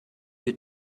you